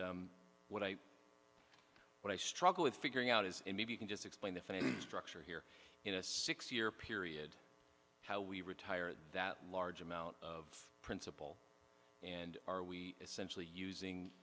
d what i what i struggle with figuring out is and maybe you can just explain the phonies structure here in a six year period how we retire that large amount of principal and are we essentially using